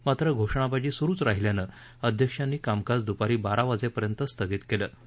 मात्र घोषणाबाजी सुरुव राहील्यानं अध्यक्षांनी कामकाज दुपारी बारा वाजखिंत स्थगित कलि